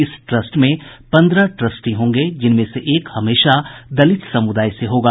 इस ट्रस्ट में पंद्रह ट्रस्टी होंगे जिनमें से एक हमेशा दलित समुदाय से होगा